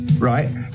right